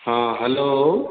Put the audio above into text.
ହଁ ହ୍ୟାଲୋ